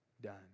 done